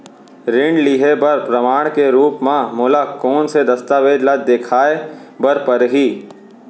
ऋण लिहे बर प्रमाण के रूप मा मोला कोन से दस्तावेज ला देखाय बर परही?